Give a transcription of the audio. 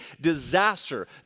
disaster